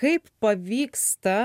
kaip pavyksta